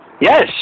Yes